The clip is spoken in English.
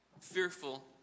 fearful